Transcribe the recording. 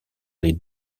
les